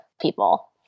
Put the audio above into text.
people